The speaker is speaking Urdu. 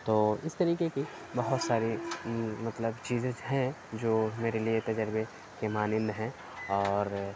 تو اِس طریقے کی بہت ساری مطلب چیزیں ہیں جو میرے لیے تجربہ کے مانند ہیں اور